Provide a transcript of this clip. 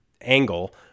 angle